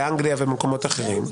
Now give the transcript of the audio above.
באנגליה ובמקומות אחרים,